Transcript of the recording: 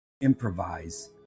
improvise